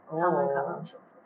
oh